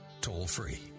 toll-free